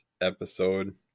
episode